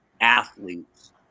athletes